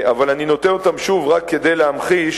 אבל אני נותן אותם שוב רק כדי להמחיש